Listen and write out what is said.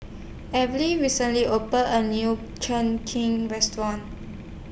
recently opened A New Cheng King Restaurant